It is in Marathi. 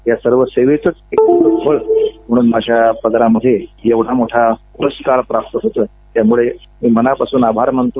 या सर्व सेवेचं एक फळ म्हणून माझ्या पदरामधे एवढा मोठा पुरस्कार प्राप्त होतोय त्यामुळे मी मनापासून आभार मानतो